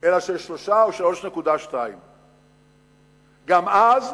אלא של 3% או 3.2%. גם אז,